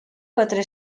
quatre